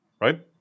right